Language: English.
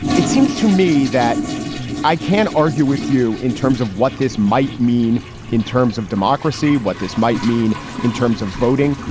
it seems to me that i can't argue with you in terms of what this might mean in terms of democracy, what this might mean in terms of voting.